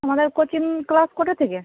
তোমাদের coaching class কটা থেকে